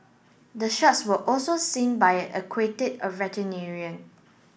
the sharks were also seen by an aquatic veterinarian